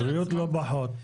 בריאות לא פחות.